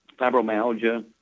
fibromyalgia